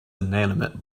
inanimate